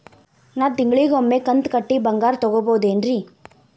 ನಾ ತಿಂಗಳಿಗ ಒಮ್ಮೆ ಕಂತ ಕಟ್ಟಿ ಬಂಗಾರ ತಗೋಬಹುದೇನ್ರಿ?